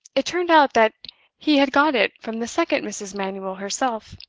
it turned out that he had got it from the second mrs. manuel herself.